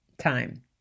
time